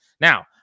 Now